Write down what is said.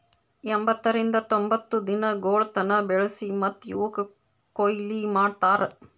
ಎಂಬತ್ತರಿಂದ ತೊಂಬತ್ತು ದಿನಗೊಳ್ ತನ ಬೆಳಸಿ ಮತ್ತ ಇವುಕ್ ಕೊಯ್ಲಿ ಮಾಡ್ತಾರ್